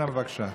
אנא, בבקשה.